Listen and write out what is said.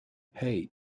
hey